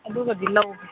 ꯑꯗꯨꯒꯗꯤ ꯂꯧꯒꯦ